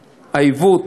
העיוות: